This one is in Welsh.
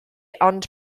ond